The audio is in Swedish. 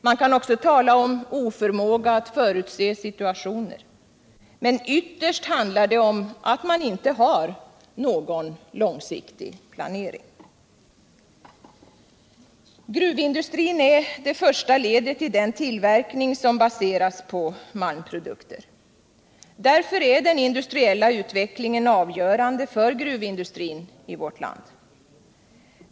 Man kan också tala om oförmåga att förutse situationer. Men ytterst handlar det om att man inte har någon långsiktig planering. Gruvindustrin är det första ledet i den tillverkning som baseras på malmprodukter. Därför är den industriella utvecklingen avgörande för gruvindustrin i vårt land.